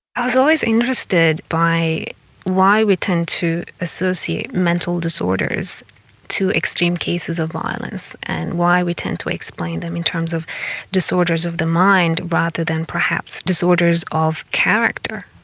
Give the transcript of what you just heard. i was always interested by why we tend to associate mental disorders to extreme cases of violence and why we tend to explain them in terms of disorders of the mind rather than perhaps disorders of character.